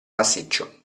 massiccio